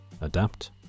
adapt